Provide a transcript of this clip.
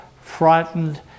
frightened